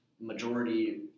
majority